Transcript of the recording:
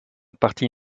partie